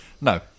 no